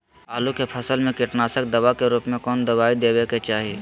आलू के फसल में कीटनाशक दवा के रूप में कौन दवाई देवे के चाहि?